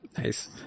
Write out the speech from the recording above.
Nice